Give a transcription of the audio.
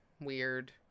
weird